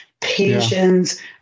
patience